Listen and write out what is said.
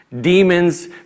demons